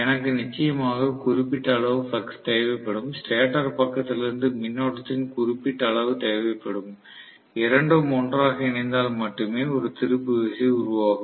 எனக்கு நிச்சயமாக குறிப்பிட்ட அளவு ஃப்ளக்ஸ் தேவைப்படும் ஸ்டேட்டர் பக்கத்திலிருந்து மின்னோட்டத்தின் குறிப்பிட்ட அளவு தேவைப்படும் இரண்டும் ஒன்றாக இணைந்தால் மட்டுமே ஒரு திருப்பு விசை உருவாகும்